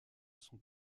sont